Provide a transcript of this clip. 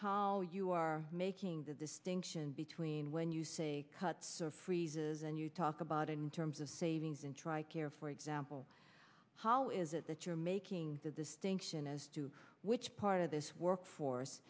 how you are making the distinction between when you say cuts or freezes and you talk about in terms of savings in tri care for example how is it that you're making the distinction as to which part of this workforce